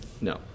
no